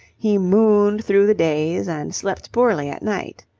he mooned through the days and slept poorly at night.